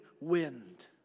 wind